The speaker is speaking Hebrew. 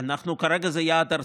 כמו שהתחייבתם לוועדה?